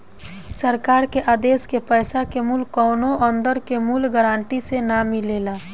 सरकार के आदेश के पैसा के मूल्य कौनो अंदर के मूल्य गारंटी से ना मिलेला